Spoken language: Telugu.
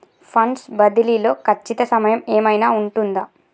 ఫండ్స్ బదిలీ లో ఖచ్చిత సమయం ఏమైనా ఉంటుందా?